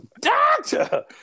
doctor